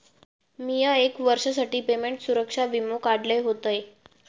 मिया एक वर्षासाठी पेमेंट सुरक्षा वीमो काढलय होतय